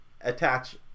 attach